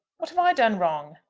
what have i done wrong?